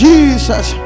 Jesus